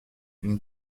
une